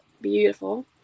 beautiful